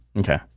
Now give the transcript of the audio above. Okay